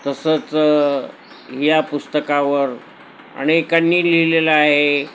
तसंच या पुस्तकावर अनेकांनी लिहिलेलं आहे